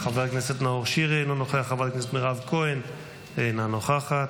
חבר הכנסת נאור שירי, אינו נוכח,